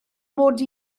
mod